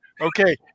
Okay